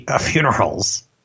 funerals